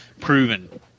proven